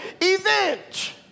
event